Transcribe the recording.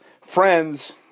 Friends